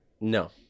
No